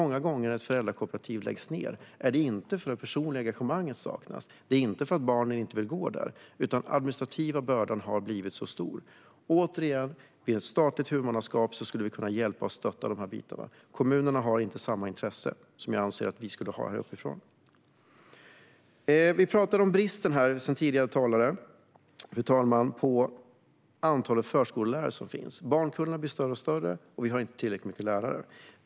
När föräldrakooperativ läggs ned är det många gånger inte för att det personliga engagemanget saknas eller inte för att barnen inte vill gå där, utan det är för att den administrativa bördan har blivit så tung. Återigen: Med ett statligt huvudmannaskap skulle vi kunna hjälpa och stötta i de här delarna. Kommunerna har inte samma intresse som jag anser att vi skulle ha här uppifrån. Fru talman! Tidigare talare har talat om bristen på förskollärare. Barnkullarna blir allt större, och vi har inte tillräckligt många förskollärare.